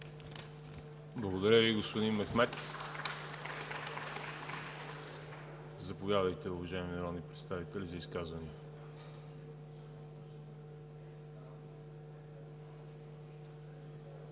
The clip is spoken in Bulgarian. Благодаря Ви, господин Мехмед. Заповядайте, уважаеми народни представители, за изказвания.